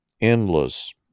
endless